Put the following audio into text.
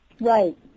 Right